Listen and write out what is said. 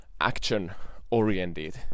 action-oriented